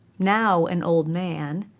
now an old man,